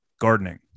gardening